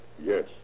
Yes